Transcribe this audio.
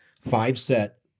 five-set